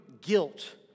guilt